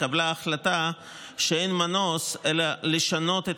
התקבלה החלטה שאין מנוס אלא לשנות את